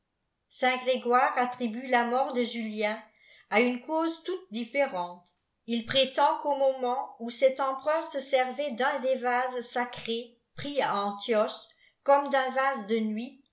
groire attribue la mort de julien à une cause toute différente il prétend qu'au moment où cet empereur se servait d'un des vases sacrés pris à antioche comme d'un vase de nuit